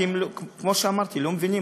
כי כמו שאמרתי, לא מבינים.